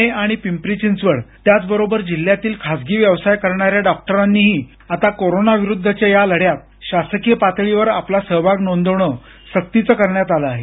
पुणे आणि पिंपरी चिंचवड त्याचबरोबर जिल्ह्यातील खासगी व्यवसाय करणाऱ्या डॉक्टरांनीही आता कोरोनाविरुद्धच्या या लढ्यात शासकीय पातळीवर आपला सहभाग नोंदवणं सक्तीचं करण्यात आलं आहे